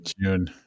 June